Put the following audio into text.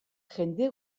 jende